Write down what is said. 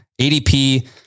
ADP